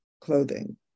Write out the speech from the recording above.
clothing